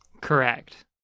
Correct